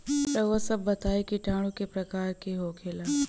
रउआ सभ बताई किटाणु क प्रकार के होखेला?